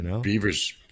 Beavers